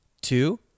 Two